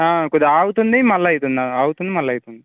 కొద్దిగా ఆగుతుంది మళ్ళీ అవుతుంది ఆగుతుంది మళ్ళీ అవుతుంది